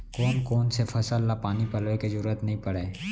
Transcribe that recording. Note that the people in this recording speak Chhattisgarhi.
कोन कोन से फसल ला पानी पलोय के जरूरत नई परय?